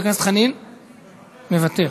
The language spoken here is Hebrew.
מוותר.